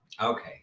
okay